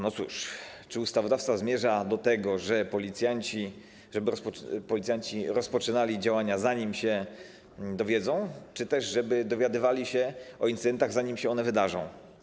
No cóż, czy ustawodawca zmierza do tego, żeby policjanci rozpoczynali działania, zanim się dowiedzą, czy też żeby dowiadywali się o incydentach, zanim się one wydarzą?